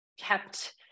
kept